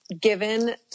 given